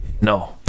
No